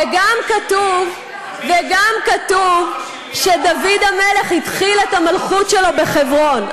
וגם כתוב שדוד המלך התחיל את המלכות שלו בחברון.